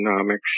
economics